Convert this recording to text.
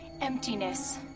emptiness